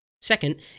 Second